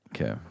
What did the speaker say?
Okay